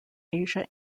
asia